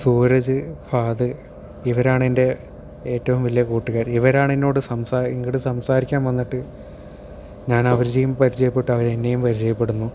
സൂരജ് ഫഹദ് ഇവരാണ് എൻ്റെ ഏറ്റവും വലിയ കൂട്ടുകാർ ഇവരാണ് എന്നോട് സംസാ ഇങ്ങട് സംസാരിക്കാൻ വന്നിട്ട് ഞാൻ അവരെയും പരിചയപ്പെട്ടു ഞാൻ അവരെയും പരിചയപ്പെടുന്നു